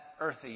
earthy